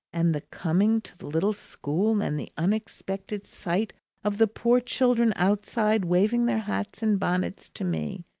and the coming to the little school, and the unexpected sight of the poor children outside waving their hats and bonnets to me,